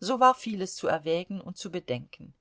so war vieles zu erwägen und zu bedenken